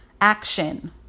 action